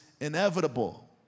inevitable